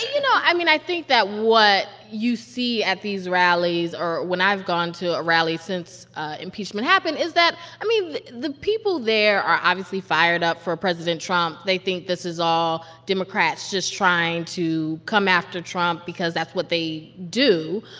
you know, i mean, i think that what you see at these rallies or when i've gone to a rally since impeachment happened is that, i mean, the people there are obviously fired up for president trump. they think this is all democrats just trying to come after trump because that's what they do.